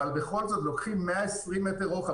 אבל בכל זאת לוקחים 120 מטר רוחב.